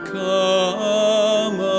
come